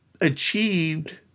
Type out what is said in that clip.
achieved